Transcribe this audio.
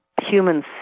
humans